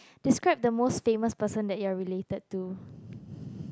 describe the most famous person that you're related to